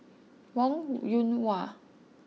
Wong Yoon Wah